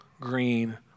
green